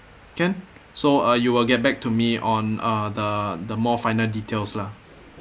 can so uh you will get back to me on uh the the more final details lah